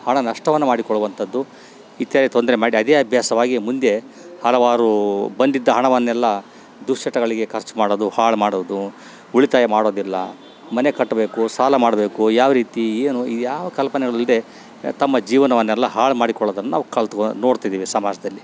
ಹಣ ನಷ್ಟವನ್ನು ಮಾಡಿಕೊಳ್ಳುವಂಥದ್ದು ಇತ್ಯಾದಿ ತೊಂದರೆ ಮಾಡಿ ಅದೇ ಅಭ್ಯಾಸವಾಗಿ ಮುಂದೆ ಹಲವಾರು ಬಂದಿದ್ದ ಹಣವನ್ನೆಲ್ಲ ದುಶ್ಚಟಗಳಿಗೆ ಖರ್ಚು ಮಾಡೋದು ಹಾಳು ಮಾಡೋದು ಉಳಿತಾಯ ಮಾಡೋದಿಲ್ಲ ಮನೆ ಕಟ್ಟಬೇಕು ಸಾಲ ಮಾಡಬೇಕು ಯಾವ ರೀತಿ ಏನು ಯಾವ ಕಲ್ಪನೆಗಳಿಲ್ಲದೆ ತಮ್ಮ ಜೀವನವನ್ನೆಲ್ಲ ಹಾಳು ಮಾಡಿಕೊಳ್ಳೋದನ್ನ ನಾವು ಕಲ್ತ್ಕೋ ನೋಡ್ತಿದ್ದೀವಿ ಸಮಾಜದಲ್ಲಿ